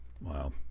Wow